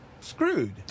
screwed